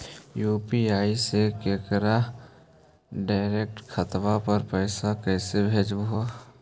UPI से केकरो direct खाता पर पैसा कैसे भेजबै?